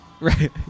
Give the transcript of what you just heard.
Right